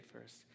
first